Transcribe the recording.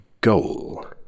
goal